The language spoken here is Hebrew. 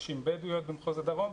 נשים בדואיות במחוז הדרום,